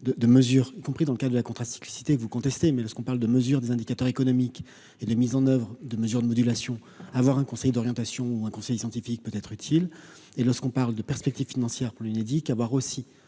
de de mesures y compris dans le cas de la compta cyclicité vous contestez mais le ce qu'on parle de mesure des indicateurs économiques et la mise en oeuvre de mesures de modulation, avoir un conseiller d'orientation, un conseil scientifique peut être utile et lorsqu'on parle de perspectives financières pour l'Unédic, avoir aussi